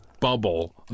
bubble